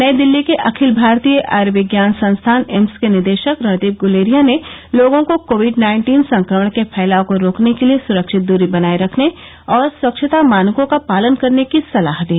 नई दिल्ली के अखिल भारतीय आयुर्विज्ञान संस्थान एम्स के निदेशक रणदीप गुलेरिया ने लोगों को कोविड नाइन्टीन संक्रमण के फैलाव को रोकने के लिए सुरक्षित दूरी बनाए रखने और स्वच्छता मानकों का पालन करने की सलाह दी